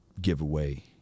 giveaway